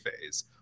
phase